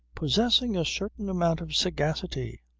possessing a certain amount of sagacity.